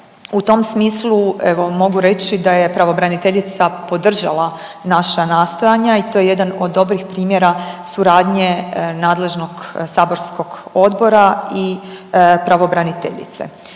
U tom smislu evo mogu reći da je pravobraniteljica podržala naša nastojanja i to je jedan od dobrih primjera suradnje nadležnost saborskog odbora i pravobraniteljice.